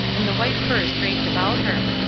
and the white furs draped about her.